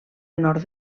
nord